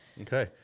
okay